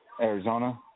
Arizona